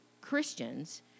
Christians